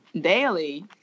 Daily